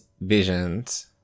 Visions